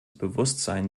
bewusstsein